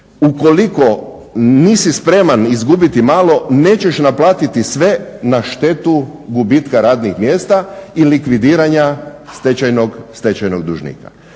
ukoliko nisi spreman izgubiti malo nećeš naplatiti sve na štetu gubitka radnih mjesta i likvidiranja stečajnog dužnika.